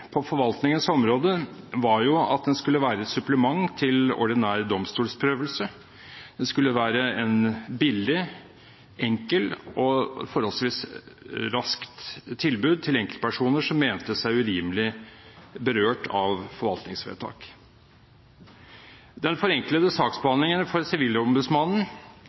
på forvaltningens område var at den skulle være et supplement til ordinær domstolsprøvelse. Den skulle være et billig, enkelt og forholdsvis raskt tilbud til enkeltpersoner som mente seg urimelig berørt av forvaltningsvedtak. Den forenklede saksbehandlingen hos Sivilombudsmannen er ikke alltid tilstrekkelig for